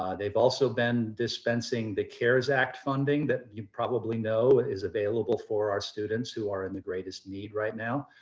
they have also been dispensing the cares act funding that you probably know is available for our students who are in the greatest need right now.